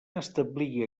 establir